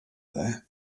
there